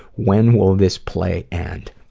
when will this play and